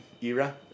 era